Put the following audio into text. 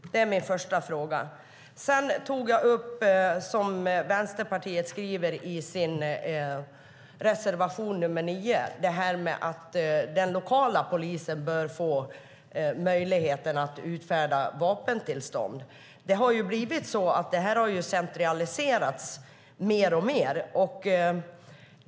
Det är min första fråga. Sedan tog jag upp det vi i Vänsterpartiet skriver i vår reservation 9, att den lokala polisen bör få möjlighet att utfärda vapentillstånd. Det har ju blivit så att verksamheten har centraliserats mer och mer.